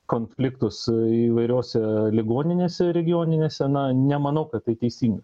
konfliktus įvairiose ligoninėse regioninėse na nemanau kad tai teisinga